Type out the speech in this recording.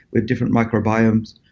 ah different microbiomes.